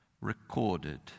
recorded